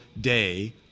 day